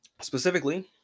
Specifically